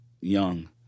young